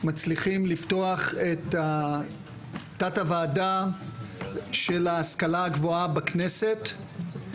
מצליחים לפתוח את תת הוועדה של ההשכלה הגבוהה בכנסת.